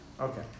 Okay